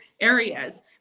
areas